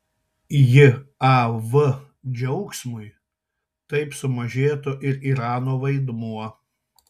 jav džiaugsmui taip sumažėtų ir irano vaidmuo